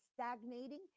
stagnating